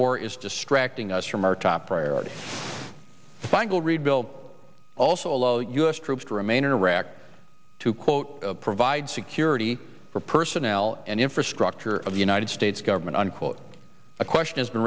war is distracting us from our top priority cycle rebuild also allow u s troops to remain in iraq to quote provide security for personnel and infrastructure of the united states government unquote a question has been